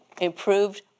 improved